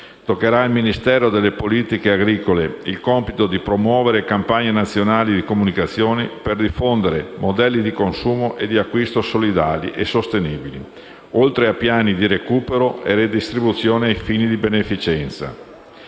Toccherà al Ministero delle politiche agricole, alimentari e forestali il compito di promuovere campagne nazionali di comunicazione, per diffondere modelli di consumo e di acquisto solidali e sostenibili, oltre a piani di recupero e redistribuzione per fini di beneficenza.